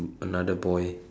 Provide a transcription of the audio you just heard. another boy